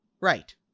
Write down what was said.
Right